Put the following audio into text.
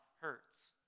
hurts